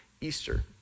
Easter